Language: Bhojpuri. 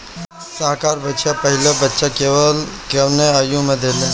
संकर बछिया पहिला बच्चा कवने आयु में देले?